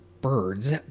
birds